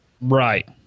Right